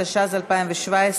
התשע"ז 2017,